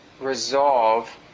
resolve